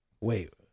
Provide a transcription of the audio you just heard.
wait